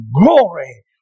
glory